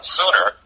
sooner